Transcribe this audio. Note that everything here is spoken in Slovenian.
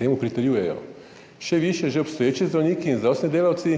temu pritrjujejo še višje, že obstoječi zdravniki in zdravstveni delavci